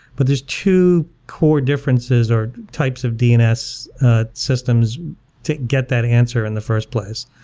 but there' two core differences or types of dns systems to get that answer in the first place.